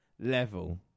level